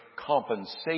compensation